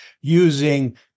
using